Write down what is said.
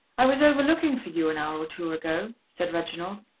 i was over looking for you an hour or two ago, said reginald.